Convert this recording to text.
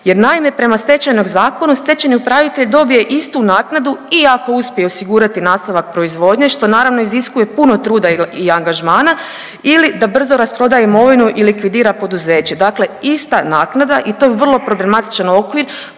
jer naime, prema Stečajnom zakonu, stečajni upravitelj dobije istu naknadu i ako uspije osigurati nastavak proizvodnje, što naravno, iziskuje puno truda i angažmana ili da brzo rasproda imovinu i likvidira poduzeće, dakle ista naknada i to je vrlo problematičan okvir